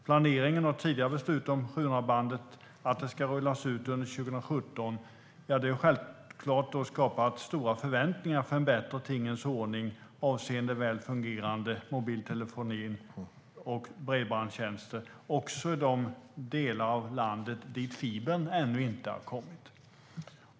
Planeringen av 700-megahertzbandet och tidigare beslut om att det ska rullas ut under 2017 har självklart skapat stora förväntningar på en bättre tingens ordning avseende väl fungerande mobil telefoni och bredbandstjänster också i de delar av landet dit fibern ännu inte har kommit.